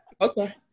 okay